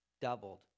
doubled